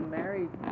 married